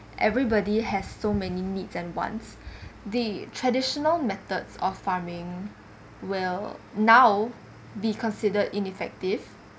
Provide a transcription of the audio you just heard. everybody has so many needs and wants the traditional methods of farming will now be considered ineffective